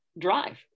drive